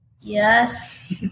Yes